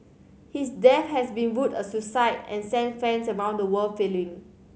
his death has been ruled a suicide and sent fans around the world reeling